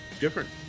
different